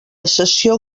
cessió